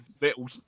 little